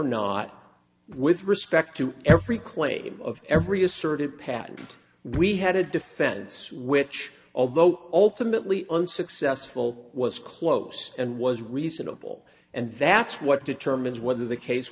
not with respect to every claim of every asserted patent we had a defense which although ultimately unsuccessful was close and was reasonable and that's what determines whether the case